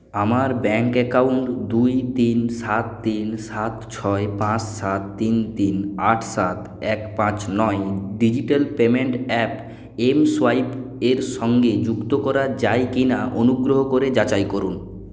আমার bank account দুই তিন সাত তিন সাত ছয় পাঁচ সাত তিন তিন আট সাত এক পাঁচ নয় ডিজিটাল পেমেন্ট অ্যাপ এমসোয়াইপের সঙ্গে যুক্ত করা যায় কি না অনুগ্রহ করে যাচাই করুন